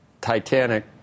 Titanic